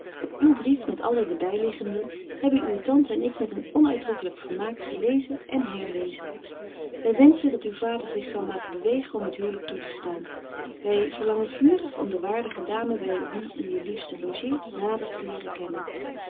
uw brief met alle de byliggenden hebben uwe tante en ik met een onuitdrukkelyk vermaak gelezen en herlezen wy wenschen dat uw vader zich zal laten bewegen om het huwlyk toe te staan wy verlangen vurig om de waardige dame by wie uwe liefste logeert nader te leren kennen